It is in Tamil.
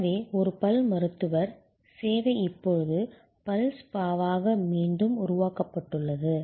எனவே ஒரு பல்மருத்துவர் சேவை இப்போது பல் ஸ்பாவாக மீண்டும் உருவாக்கப்பட்டுள்ளது